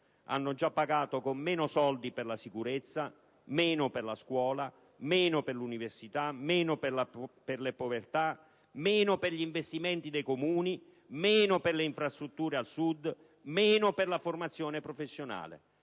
hanno già pagato con meno soldi per la sicurezza, meno per la scuola, meno per l'università, meno per le povertà, meno per gli investimenti dei Comuni, meno per le infrastrutture al Sud, meno per la formazione professionale.